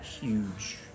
huge